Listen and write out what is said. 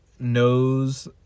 knows